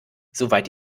soweit